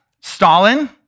Stalin